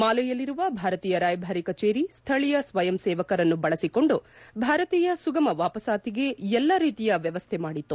ಮಾಲೆಯಲ್ಲಿರುವ ಭಾರತೀಯ ರಾಯಭಾರಿ ಕಚೇರಿ ಸ್ಥಳೀಯ ಸ್ವಯಂಸೇವಕರನ್ನು ಬಳಸಿಕೊಂಡು ಭಾರತೀಯ ಸುಗಮ ವಾಪಸಾತಿಗೆ ಎಲ್ಲಾ ರೀತಿಯ ವ್ಯವಸ್ಥೆ ಮಾದಿತು